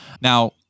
now